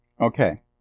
Okay